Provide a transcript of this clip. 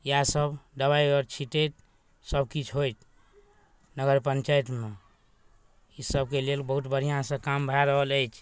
इएहसब दवाइ आओर छिटैत सबकिछु होइत नगर पञ्चायतमे ई सबके लेल बहुत बढ़िआँसँ काम भऽ रहल अछि